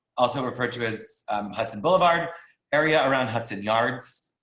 also referred to as hudson boulevard area around hudson yards,